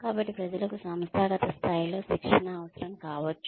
కాబట్టి ప్రజలకు సంస్థాగత స్థాయిలో శిక్షణ అవసరం కావచ్చు